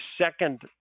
second